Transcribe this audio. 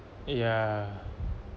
yeah